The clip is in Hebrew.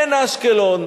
אין אשקלון.